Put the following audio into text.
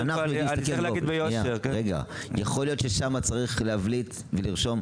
יכול להיות ששם צריך להבליט ולרשום,